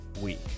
week